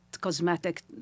cosmetic